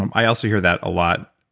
um i also hear that a lot.